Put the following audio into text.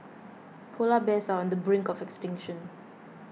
Polar Bears are on the brink of extinction